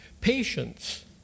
patience